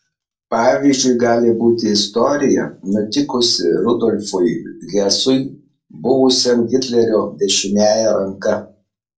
pavyzdžiu gali būti istorija nutikusi rudolfui hesui buvusiam hitlerio dešiniąja ranka